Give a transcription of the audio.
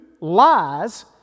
lies